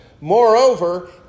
Moreover